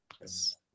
Yes